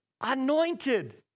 anointed